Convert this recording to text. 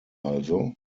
also